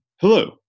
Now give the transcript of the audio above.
hello